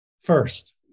first